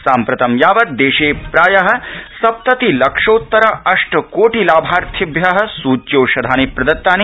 साम्प्रतं यावत् देशे प्राय सप्तति लक्षोत्तर अष्टकोटि लाभार्थिभ्य सूच्यौषधानि प्रदत्तानि